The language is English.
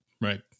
right